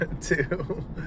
two